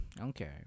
Okay